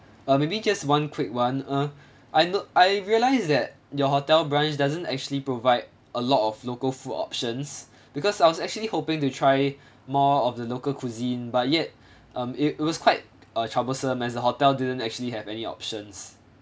err maybe just one quick one uh I know I realize that your hotel branch doesn't actually provide a lot of local food options because I was actually hoping to try more of the local cuisine but yet um it it was quite uh troublesome as the hotel didn't actually have any options